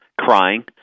crying